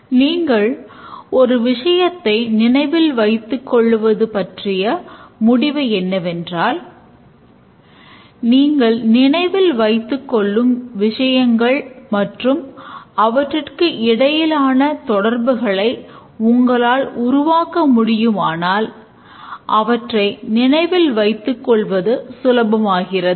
நீங்கள் ஒரு விஷயத்தை நினைவில் வைத்துக் கொள்வது பற்றிய முடிவு என்னவென்றால் நீங்கள் நினைவில் வைத்துக் கொள்ளும் விஷயங்கள் மற்றும் அவற்றுக்கு இடையிலான தொடர்புகளை உங்களால் உருவாக்க முடியுமானால் அவற்றை நினைவில் வைத்துக்கொள்வது சுலபமாகிறது